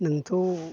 नोंथ'